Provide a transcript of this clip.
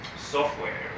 software